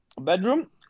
bedroom